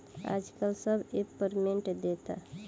आजकल सब app payment देता